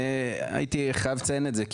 הייתי חייב לציין את זה,